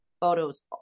photos